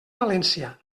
valència